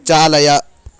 चालय